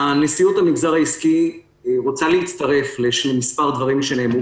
נשיאות המגזר העסקי רוצה להצטרף למספר דברים שנאמרו